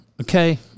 okay